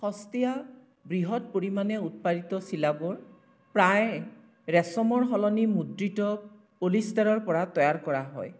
সস্তীয়া বৃহৎ পৰিমাণে উৎপাদিত চিলাবোৰ প্ৰায়ে ৰেচমৰ সলনি মুদ্ৰিত পলিষ্টাৰৰপৰা তৈয়াৰ কৰা হয়